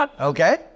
Okay